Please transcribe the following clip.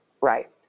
Right